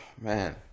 Man